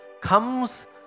comes